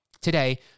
Today